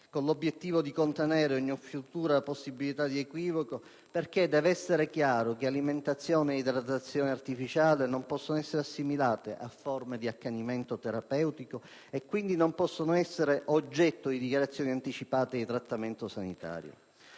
al fine di contenere ogni futura possibilità di equivoco e perché sia chiaro che alimentazione e idratazione artificiali non possono essere assimilate a forme di accanimento terapeutico e quindi non possono formare oggetto di dichiarazioni anticipate di trattamento sanitario.